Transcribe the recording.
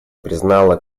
признала